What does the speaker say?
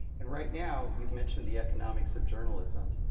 and right now, you've mentioned the economics of journalism.